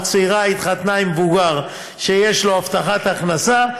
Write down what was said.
או צעירה התחתנה עם מבוגר שיש לו הבטחת הכנסה,